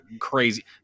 crazy